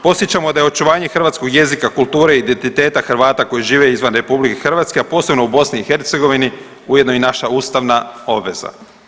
Podsjećamo da je očuvanje hrvatskog jezika, kulture i identiteta Hrvata koji žive izvan RH, a posebno u BiH ujedno i naša ustavna obveza.